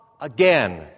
again